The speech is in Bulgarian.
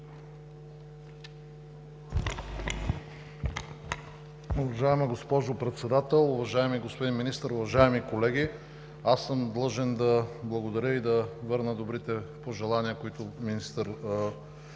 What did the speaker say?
Уважаема госпожо Председател, уважаеми господин Министър, уважаеми колеги! Аз съм длъжен да благодаря и да върна добрите пожелания, които министър Емил